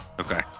Okay